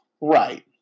Right